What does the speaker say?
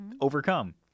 overcome